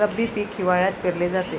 रब्बी पीक हिवाळ्यात पेरले जाते